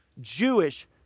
Jewish